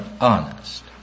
honest